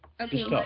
Okay